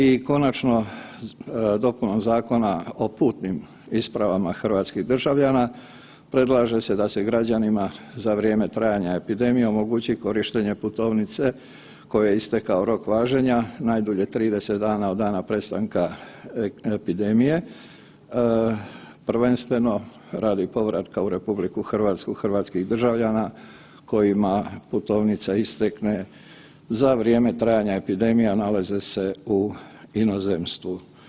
I konačno, dopunom Zakona o putnim ispravama hrvatskih državljana predlaže se da se građanima za vrijeme trajanja epidemije omogući korištenje putovnice kojoj je istekao rok važenja najdulje 30 dana od dana prestanka epidemije prvenstveno radi povratka u RH hrvatskih državljana kojima putovnica istekne za vrijeme trajanja epidemije, a nalaze se u inozemstvu.